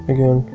Again